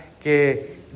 que